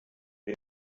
bin